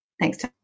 Thanks